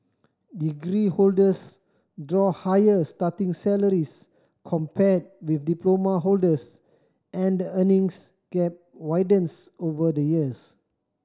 degree holders draw higher starting salaries compared with diploma holders and the earnings gap widens over the years